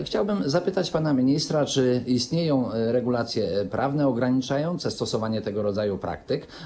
Chciałbym zapytać pana ministra, czy istnieją regulacje prawne ograniczające stosowanie tego rodzaju praktyk.